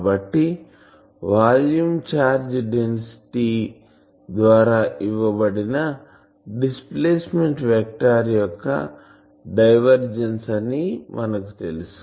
కాబట్టి volume charge density ద్వారా ఇవ్వబడిన డిస్ప్లేసెమెంట్ వెక్టార్ యొక్క డైవర్జెన్స్ అని మనకు తెలుసు